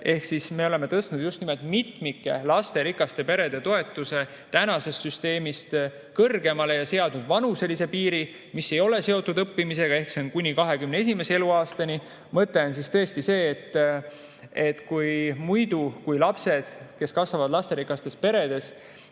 Ehk siis me oleme tõstnud just nimelt mitmikud lasterikaste perede toetuse süsteemis kõrgemale ja seadnud nende puhul vanuselise piiri, mis ei ole seotud õppimisega, ehk siis kuni 21. eluaastani. Mõte on tõesti see, et muidu lapsed kasvavad lasterikastes peredes